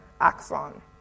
axon